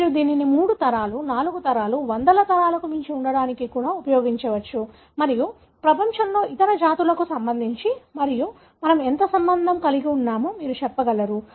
మీరు దీనిని మూడు తరాలు నాలుగు తరాలు వందల తరాలకు మించి ఉండటానికి కూడా ఉపయోగించవచ్చు మరియు ప్రపంచంలోని ఇతర జాతులకు సంబంధించి మరియు మనము ఎంత సంబంధాన్ని కలిగి ఉన్నామో మీరు చెప్పగలరు